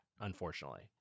unfortunately